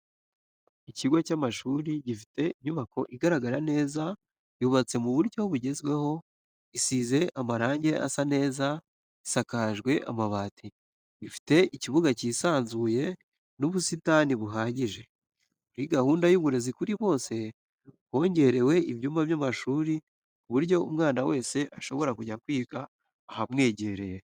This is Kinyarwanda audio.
Ikigo cy'amashuri gifite inyubako igaragara neza yubatse mu buryo bugezweho isize amarange asa neza isakajwe amabati, ifite ikibuga cyisanzuye n'ubusitani buhagije, muri gahunda y'uburezi kuri bose hongerewe ibyumba by'amashuri ku buryo umwana wese ashobora kujya kwiga ahamwegereye.